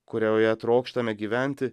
kurioje trokštame gyventi